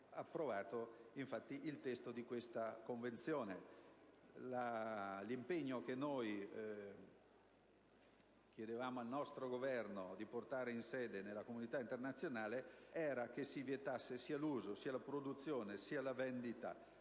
L'impegno che noi chiedevamo al nostro Governo di portare nella sede della comunità internazionale era che si vietasse sia l'uso, sia la produzione, sia la vendita,